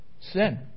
sin